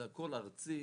זה הכול ארצי,